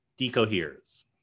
decoheres